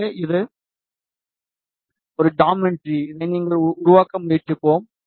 எனவே இது ஒரு ஜாமெட்ரி இதை நாங்கள் உருவாக்க முயற்சிப்போம்